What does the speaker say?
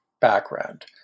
background